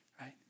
right